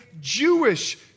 Jewish